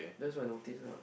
that's what I noticed ah